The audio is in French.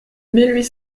huit